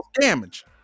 damage